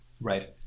right